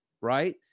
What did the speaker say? right